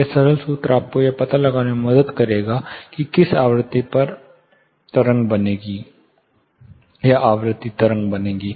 एक सरल सूत्र आपको यह पता लगाने में मदद करेगा कि किस आवृत्ति पर आवृत्ति तरंग बनेगी